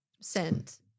sent